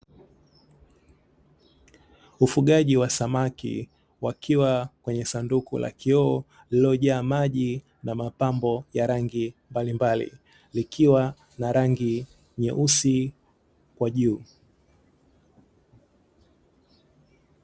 Ufugaji wa samaki wakiwa kwenye sanduku la kioo lililojaa maji na mapambo ya rangi mbalimbali likiwa na rangi nyeusi kwa juu.